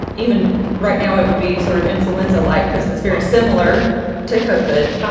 even right now, it would be sort of influenza like because it's very similar to covid,